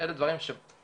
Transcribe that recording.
אלה דברים שאם